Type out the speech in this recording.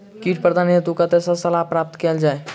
कीट प्रबंधन हेतु कतह सऽ सलाह प्राप्त कैल जाय?